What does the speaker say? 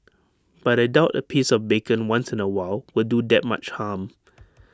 but I doubt A piece of bacon once in A while will do that much harm